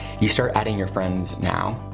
you start adding your friends now.